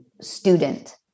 student